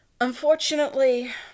Unfortunately